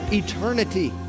eternity